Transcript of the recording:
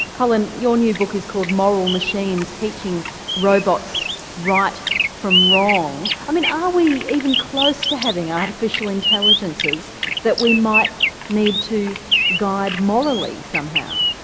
colin, your new book is called moral machines teaching robots right from wrong. um and are we even close to having artificial intelligences that we might need to guide morally somehow?